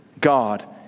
God